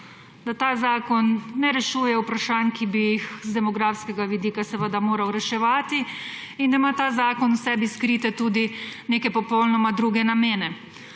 da ta zakon ne rešuje vprašanj, ki bi jih z demografskega vidika moral reševati in da ima ta zakon v sebi skrite tudi neke popolnoma druge namene.